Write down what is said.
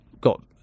got